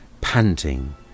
panting